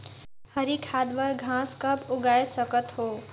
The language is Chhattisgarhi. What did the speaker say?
हरी खाद बर घास कब उगाय सकत हो?